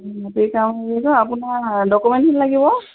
মাটিৰ কাম আপোনাৰ ডকুমেণ্টখিনি লাগিব